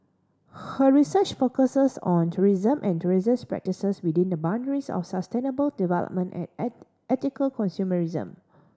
her research focuses on tourism and tourism's practices within the boundaries of sustainable development and ethical consumerism